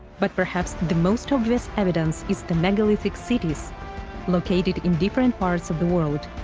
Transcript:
but, perhaps, the most obvious evidence is the megalithic cities located in different parts of the world,